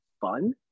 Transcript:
fun